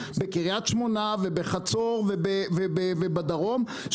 בקריית שמונה ובחצור ובדרום,